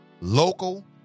local